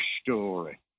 story